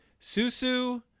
susu